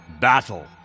Battle